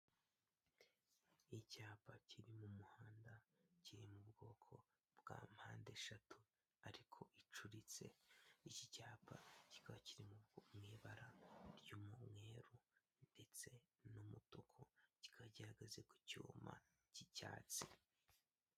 Icyapa kiri mu muhanda kiri mu bwoko bwa mpandeshatu ariko icuritse. Iki cyapa kikaba kiri mu ibara ry'umweru ndetse n'umutuku, kikaba gihagaze ku cyuma cy'icyatsi.